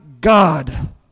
God